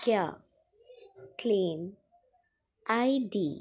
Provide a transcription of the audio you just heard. क्या claim I D